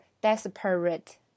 desperate